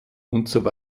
usw